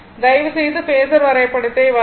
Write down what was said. தயவு செய்து பேஸர் வரைபடத்தை வரையவும்